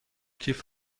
کیف